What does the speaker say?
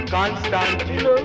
Constantino